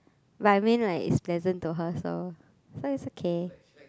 but I mean like it's pleasant to her so so it's okay